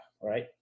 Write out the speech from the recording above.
right